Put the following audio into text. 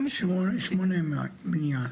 80 מיליון.